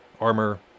armor